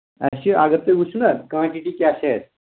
اَسہِ چھِ اَگر تُہۍ وٕچھِو نہ کانٹِٹی کیٛاہ چھِ اَسہِ